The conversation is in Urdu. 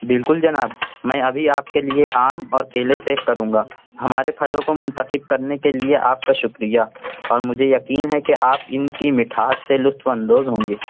بالکل جناب میں ابھی آپ کے لیے آم اور کیلے پیک کروں گا ہمارے پھلوں کو منتخب کرنے کے لیے آپ کا شکریہ اور مجھے یقین ہے کہ آپ ان کی مٹھاس سے لطف اندوز ہوں گے